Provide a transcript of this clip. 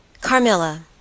Carmilla